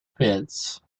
pits